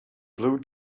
blue